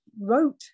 wrote